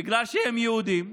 בגלל שהם יהודים,